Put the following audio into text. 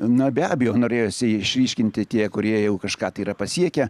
na be abejo norėjosi išryškinti tie kurie jau kažką tai yra pasiekę